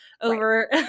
over